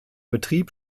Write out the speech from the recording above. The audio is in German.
betrieb